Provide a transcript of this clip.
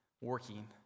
working